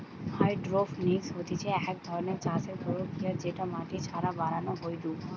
hydroponics হতিছে এক ধরণের চাষের প্রক্রিয়া যেটা মাটি ছাড়া বানানো হয়ঢু